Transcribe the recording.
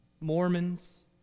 Mormons